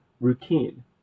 routine